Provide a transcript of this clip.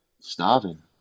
starving